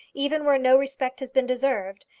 even when no respect has been deserved.